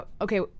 okay